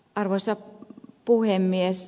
arvoisa puhemies